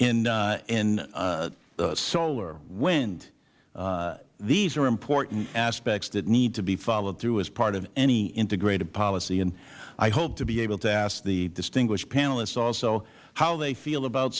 in solar wind these are important aspects that need to be followed through as part of any integrated policy and i hope to be able to ask the distinguished panelists also how they feel about